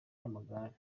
y’amagare